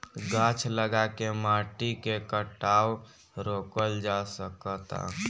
गाछ लगा के माटी के कटाव रोकल जा सकता